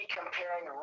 comparing